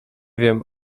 wiem